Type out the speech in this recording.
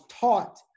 taught